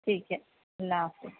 ٹھیک ہے اللہ حافظ